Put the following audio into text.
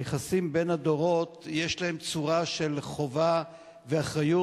ליחסים בין הדורות צורה של חובה ואחריות.